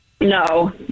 No